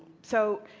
so